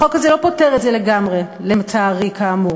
החוק הזה לא פותר את זה לגמרי, לצערי, כאמור.